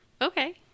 okay